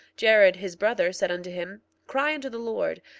jared, his brother, said unto him cry unto the lord,